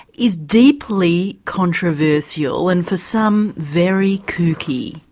is deeply controversial and for some very kooky.